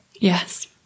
Yes